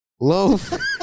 Loaf